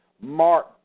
Mark